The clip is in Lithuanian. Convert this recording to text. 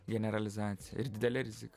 generalizacija ir didelė rizika